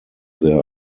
there